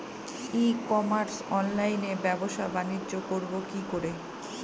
ই commerce অনলাইনে ব্যবসা বানিজ্য করব কি করে?